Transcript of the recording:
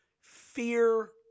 fear